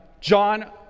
John